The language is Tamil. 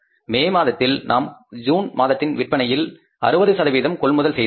மே மாதத்தில் நாம் ஜூன் மாதத்தின் விற்பனையில் 60 கொள்முதல் செய்தோம்